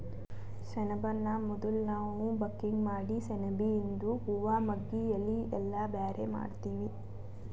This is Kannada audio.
ಸೆಣಬನ್ನ ಮೊದುಲ್ ನಾವ್ ಬಕಿಂಗ್ ಮಾಡಿ ಸೆಣಬಿಯಿಂದು ಹೂವಾ ಮಗ್ಗಿ ಎಲಿ ಎಲ್ಲಾ ಬ್ಯಾರೆ ಮಾಡ್ತೀವಿ